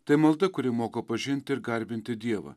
tai malda kuri moko pažinti ir garbinti dievą